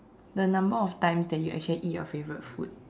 the number of times that you actually eat your favorite food